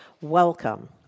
welcome